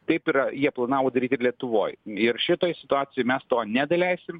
taip yra jie planavo daryt ir lietuvoj ir šitoj situacijoj mes to nedaleisim